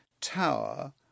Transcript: tower